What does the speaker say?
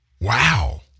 Wow